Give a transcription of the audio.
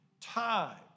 time